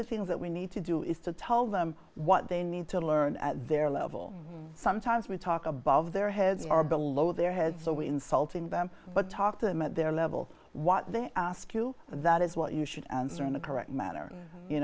the things that we need to do is to tell them what they need to learn at their level sometimes we talk above their heads or below their heads so insulting them but talk to them at their level what they ask you that is what you should answer in the correct manner you